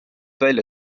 välja